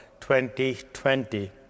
2020